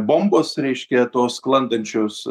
bombos reiškia tos sklandančios